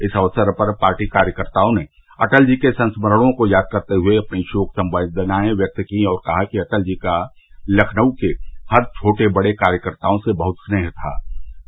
इस अवसर पर पार्टी कार्यकर्ताओं ने अटल जी के संस्मरणों को याद करते हुए अपनी शोक संवेदनाएं व्यक्त की और कहा कि अटल जी का लखनऊ के हर छोटे बड़े कार्यकर्ताओं से बहुत स्नेह रहा